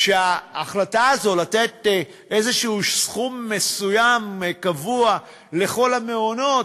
שההחלטה הזו לתת איזה סכום מסוים קבוע לכל המעונות